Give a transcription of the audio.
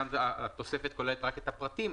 כאן התוספת כוללת רק את הפרטים,